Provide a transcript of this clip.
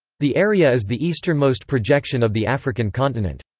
the area is the easternmost projection of the african continent.